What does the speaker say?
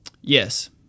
Yes